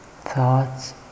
thoughts